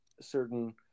certain